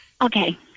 Okay